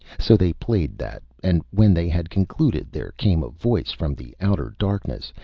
so they played that, and when they had concluded there came a voice from the outer darkness,